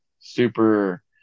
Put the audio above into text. super